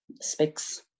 speaks